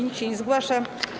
Nikt się nie zgłasza.